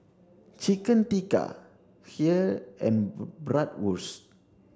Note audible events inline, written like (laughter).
Chicken Tikka Kheer and (unintelligible) Bratwurst